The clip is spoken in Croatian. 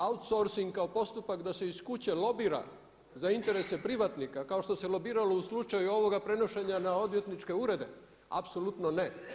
Outsourcing kao postupak da se iz kuće lobira za interese privatnika kao što se lobiralo u slučaju ovoga prenošenja na odvjetničke urede apsolutno ne.